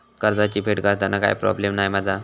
कर्जाची फेड करताना काय प्रोब्लेम नाय मा जा?